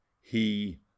He—